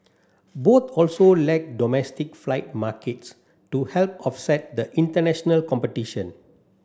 both also lack domestic flight markets to help offset the international competition